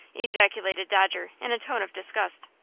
ejaculated dodger, in a tone of disgust.